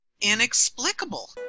inexplicable